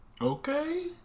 Okay